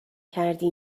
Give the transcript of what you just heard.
کردی